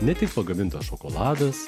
ne tik pagamintas šokoladas